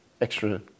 extra